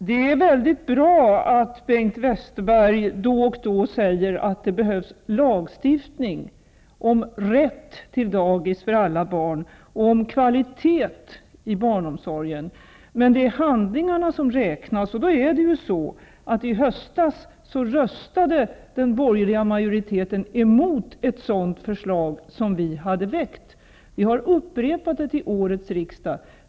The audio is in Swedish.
Herr talman! Det är bra att Bengt Westerberg då och då säger att det behövs lagstiftning om rätt till dagis för alla barn och om kvalitet i barnomsor gen. Men det är handlingarna som räknas, och i höstas röstade den borgerliga majoriteten emot ett sådant förslag som vi hade väckt. Vi har upprepat det i år.